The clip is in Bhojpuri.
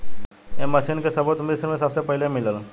ए मशीन के सबूत मिस्र में सबसे पहिले मिलल